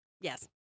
Yes